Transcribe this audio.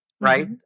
right